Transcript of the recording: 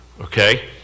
okay